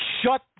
shut